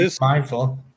mindful